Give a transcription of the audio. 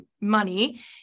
money